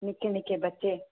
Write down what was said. निक्के निक्के बच्चे